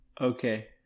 Okay